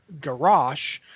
garage